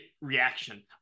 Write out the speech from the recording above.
reaction